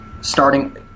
starting